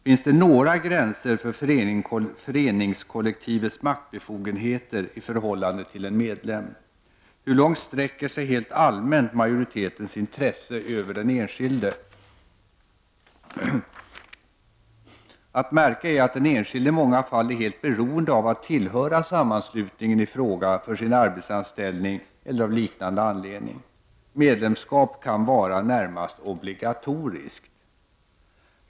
—- Finns det några gränser för föreningskollektivets maktbefogenheter i förhållande till en medlem? — Hur långt sträcker sig helt allmänt majoritetens intresse över den enskilde? Att märka är att den enskilde i många fall är helt beroende av att tillhöra sammanslutningen i fråga för sin arbetsanställning eller av liknande anledning; medlemskap kan vara närmast obligatoriskt.